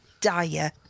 dire